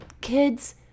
kids